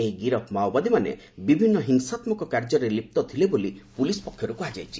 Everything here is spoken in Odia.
ଏହି ଗିରଫ୍ ମାଓବାଦୀମାନେ ବିଭିନ୍ନ ହିଂସାତ୍ମକ କାର୍ଯ୍ୟରେ ଲିପ୍ତ ଥିଲେ ବୋଲି ପୁଲିସ୍ ପକ୍ଷରୁ କୁହାଯାଇଛି